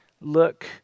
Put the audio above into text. look